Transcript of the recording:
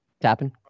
Tapping